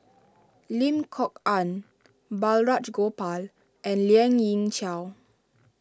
Lim Kok Ann Balraj Gopal and Lien Ying Chow